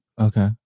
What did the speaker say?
Okay